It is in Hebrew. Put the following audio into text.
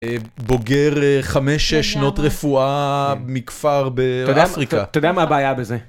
בוגר 5-6 שנות רפואה מכפר באפריקה. אתה יודע מה הבעיה בזה?